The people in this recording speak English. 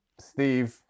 Steve